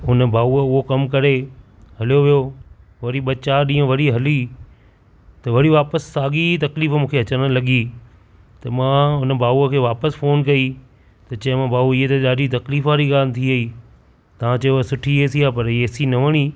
हुन भाऊअ उहो कमु करे हलियो वियो वरी ॿ चारि ॾींह वरी हली त वरी वापसि साॻी ई तकलीफ़ मूंखे अचण लॻी त मां हुन भाऊअ खे वापसि फ़ोन कई त चयोमांसि भाउ हिअ त ॾाढी तकलीफ़ वारी ॻाल्हि थी वई तां चयो सुठी ए सी आ पर ए सी न वणी